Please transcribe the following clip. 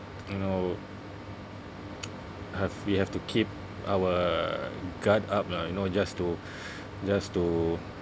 you know have we have to keep our guard up lah you know just to just to